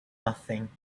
nothing